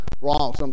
wrong